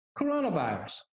Coronavirus